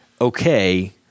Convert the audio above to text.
Okay